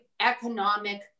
economic